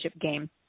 game